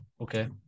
Okay